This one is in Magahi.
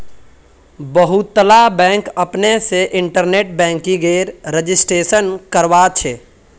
बहुतला बैंक अपने से इन्टरनेट बैंकिंगेर रजिस्ट्रेशन करवाछे